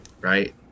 right